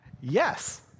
Yes